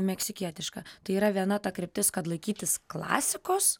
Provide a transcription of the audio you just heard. meksikietišką tai yra viena ta kryptis kad laikytis klasikos